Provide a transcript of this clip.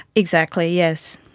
exactly, yes.